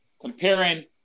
Comparing